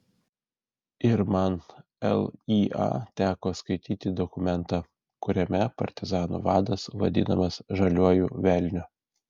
ir man lya teko skaityti dokumentą kuriame partizanų vadas vadinamas žaliuoju velniu